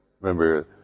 Remember